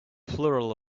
plural